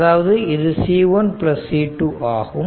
அதாவது இது C1 C2 ஆகும்